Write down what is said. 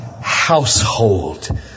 household